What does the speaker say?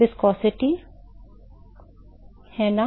गुरुत्वाकर्षण है ना